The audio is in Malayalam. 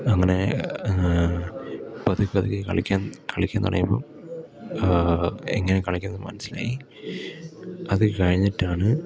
അങ്ങനെ പതുക്കെ അതിൽ കളിക്കാൻ കളിക്കാൻ തുടങ്ങിയപ്പം എങ്ങനെ കളിക്കുന്നത് മനസ്സിലായി അത് കഴിഞ്ഞിട്ടാണ്